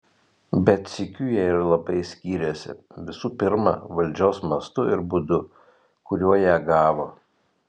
bet sykiu jie ir labai skyrėsi visų pirma valdžios mastu ir būdu kuriuo ją gavo